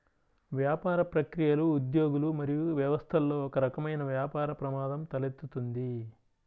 వ్యాపార ప్రక్రియలు, ఉద్యోగులు మరియు వ్యవస్థలలో ఒకరకమైన వ్యాపార ప్రమాదం తలెత్తుతుంది